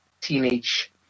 teenage